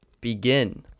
begin